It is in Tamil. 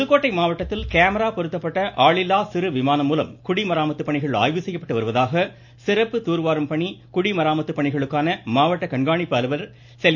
புதுக்கோட்டை புதுக்கோட்டை மாவட்டத்தில் கேமரா பொருத்தப்பட்ட ஆளில்லா சிறுவிமானம் மூலம் குடிமராமத்து பணிகள் ஆய்வு செய்யப்பட்டு வருவதாக சிறப்பு துார்வாரும் பணி குடிமராமத்து பணிகளுக்கான மாவட்ட கண்காணிப்பு அலுவலர் செல்வி